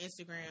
Instagram